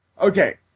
Okay